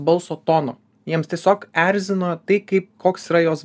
balso tonu jiems tiesiog erzino tai kaip koks yra jos